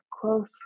close